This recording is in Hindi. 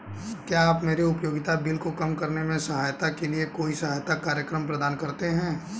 क्या आप मेरे उपयोगिता बिल को कम करने में सहायता के लिए कोई सहायता कार्यक्रम प्रदान करते हैं?